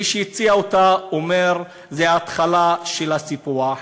מי שהציע אותה אומר: זו ההתחלה של הסיפוח,